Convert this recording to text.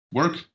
work